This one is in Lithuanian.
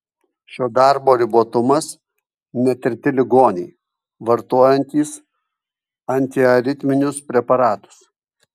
šio darbo ribotumas netirti ligoniai vartojantys antiaritminius preparatus